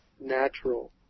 natural